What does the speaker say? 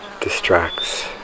distracts